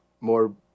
more